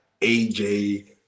AJ